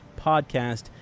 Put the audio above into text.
Podcast